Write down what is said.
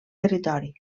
territori